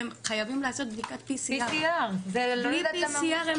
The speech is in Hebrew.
הם חייבים לעשות בדיקת PCR. בלי PCR הם לא יכולים להיכנס.